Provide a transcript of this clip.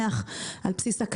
על חוקרים רציניים,